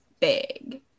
big